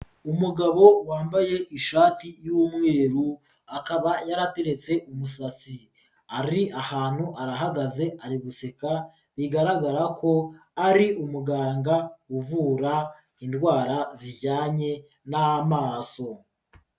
Umugabo wambaye ishati y'umweru akaba yarateretse umusatsi, ari ahantu arahagaze ari guseka, bigaragara ko ari umuganga uvura indwara zijyanye n'amaso.